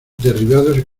derribados